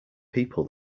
people